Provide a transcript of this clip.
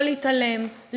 לא להתעלם,